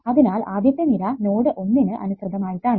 അതിനാൽ ആദ്യത്തെ നിര നോഡ് 1 നു അനുസൃതമായിട്ടാണ്